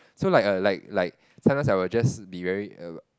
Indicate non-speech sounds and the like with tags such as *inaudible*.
so like a like like sometimes I will just be very *noise*